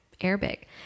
Arabic